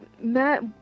Matt